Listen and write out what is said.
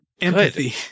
empathy